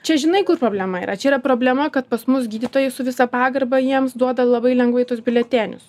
čia žinai kur problema yra čia yra problema kad pas mus gydytojai su visa pagarba jiems duoda labai lengvai tuos biuletenius